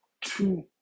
two